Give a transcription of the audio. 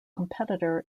competitor